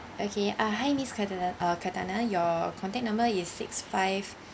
okay uh hi miss cathana uh cathana your contact number is six five